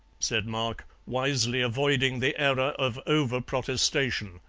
said mark, wisely avoiding the error of over-protestation.